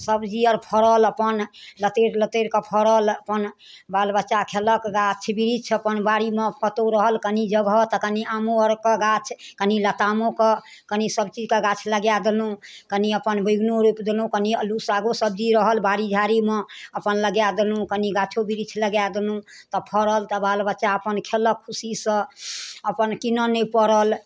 सब्जी आर फड़ल अपन लतैर लतैरके फड़ल अपन बाल बच्चा खेलक गाछ वृक्ष अपन बाड़ीमे कतौ रहल कनि जगह तऽ कनि आमो आरके गाछ कनि लतामओके कनि सभ चीजके गाछ लगाए देलहुॅं कनि अपन बैगनो रोपि देलहुॅं कनि अल्लू सागो सब्जी रहल बाड़ी झाड़ीमे अपन लगाए देलहुॅं कनि गाछो वृक्ष लगाए देलहुॅं तऽ फड़ल तऽ बाल बच्चा अपन खेलक खुशी सऽ अपन कीनऽ नहि पड़ल